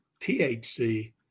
THC